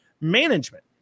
management